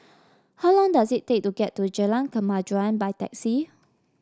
how long does it take to get to Jalan Kemajuan by taxi